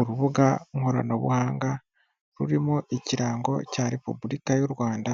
Urubuga nkoranabuhanga rurimo ikirango cya repubulika y'u Rwanda,